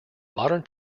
modern